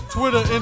Twitter